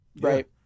right